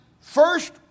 first